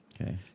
Okay